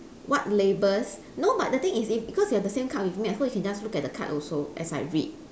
what labels no but the thing is if because you have the same card with me so you can just look at the card also as I read